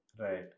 Right